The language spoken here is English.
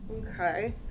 okay